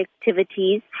activities